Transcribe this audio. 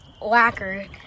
Lacker